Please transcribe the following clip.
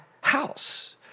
house